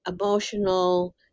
emotional